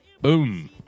Boom